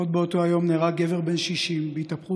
עוד באותו היום נהרג גבר בן 60 בהתהפכות